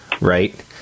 right